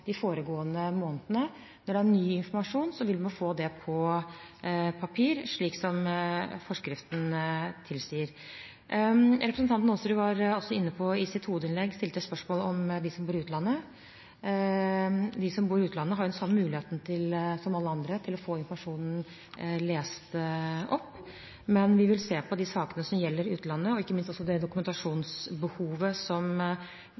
de foregående månedene. Når det er ny informasjon, vil man få det på papir, slik forskriften tilsier. Representanten Aasrud stilte i sitt hovedinnlegg også spørsmål om dem som bor i utlandet. De som bor i utlandet, har den samme muligheten som alle andre til å få informasjonen lest opp, men vi vil se på de sakene som gjelder utlandet, ikke minst det dokumentasjonsbehovet som